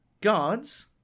guards